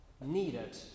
needed